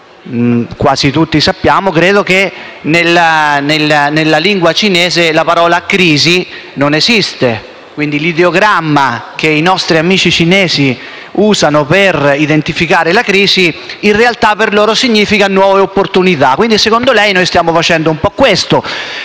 quasi tutti sappiamo, infatti, che nella lingua cinese la parola crisi non esiste, quindi l'ideogramma che i nostri amici cinesi usano per identificare la crisi in realtà, significa nuove opportunità. Quindi, secondo lei noi stiamo facendo questo.